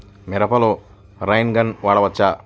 మిరపలో rain gun వాడవచ్చా?